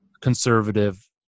conservative